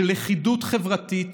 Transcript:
שלכידות חברתית